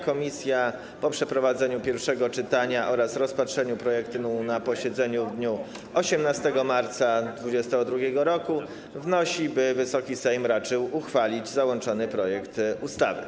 Komisja po przeprowadzeniu pierwszego czytania oraz rozpatrzeniu projektu na posiedzeniu w dniu 18 marca 2022 r. wnosi, by Wysoki Sejm raczył uchwalić załączony projekt ustawy.